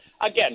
again